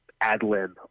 ad-lib